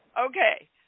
Okay